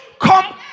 come